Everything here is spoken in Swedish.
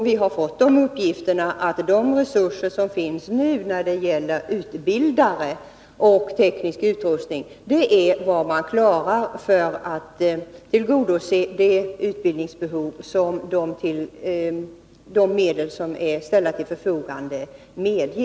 Vi har fått uppgift om att de resurser som nu finns när det gäller utbildare och teknisk utrustning är vad man har att tillgå för att tillgodose utbildningsbehoven mot bakgrund av de medel som ställs till förfogande.